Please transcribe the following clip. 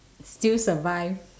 still survive